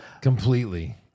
completely